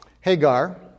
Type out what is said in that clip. Hagar